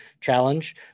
challenge